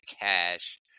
cash